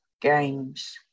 games